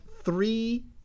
three